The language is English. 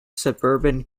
suburban